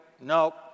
No